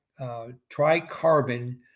tricarbon